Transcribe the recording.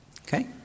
Okay